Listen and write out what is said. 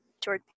George